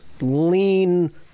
lean